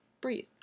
Breathe